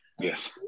Yes